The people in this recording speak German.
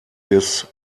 des